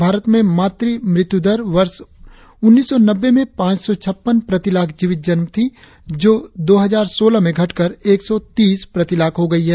भारत में मातृ मृत्यू दर वर्ष उन्नीस सौ नब्बे में पांच सौ छप्पन प्रति लाख़ जीवित जन्म थी जो दो हजार सोलह में घटकर एक सौ तीस प्रति लाख़ हो गई है